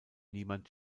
niemand